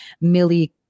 Millie